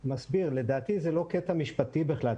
לדעתי זה לא קטע משפטי בכלל,